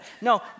No